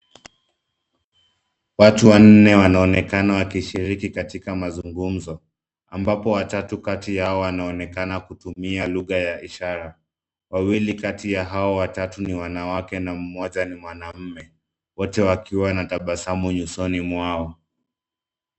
Watu wanne wanaonekana wakishiriki katika mazungumzo, ambapo watatu kati yao wanaonekana kutumia lugha ya ishara, wawili kati ya hao watatu ni wanawake na mmoja ni mwanamme, wote wakiwa na tabasamu nyusoni mwao.